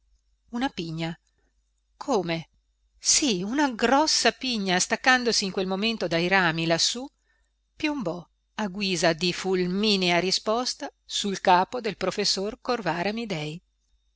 una pigna come sì una grossa pigna staccandosi in quel momento dai rami lassù piombò a guisa di fulminea risposta sul capo del professor corvara amidei